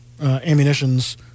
ammunitions